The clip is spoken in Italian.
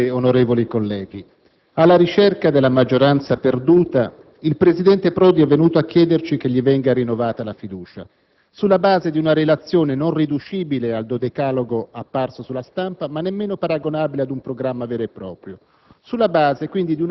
Signor Presidente, onorevoli colleghi, alla ricerca della maggioranza perduta, il presidente Prodi è venuto a chiederci che gli venga rinnovata la fiducia, sulla base di una relazione non riducibile al dodecalogo apparso sulla stampa, ma nemmeno paragonabile ad un programma vero e proprio;